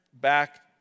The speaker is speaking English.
back